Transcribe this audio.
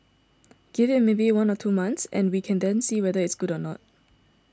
give it maybe one or two months and we can then see whether it is good or not